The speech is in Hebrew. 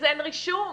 אין רישום.